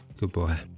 Goodbye